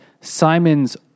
Simon's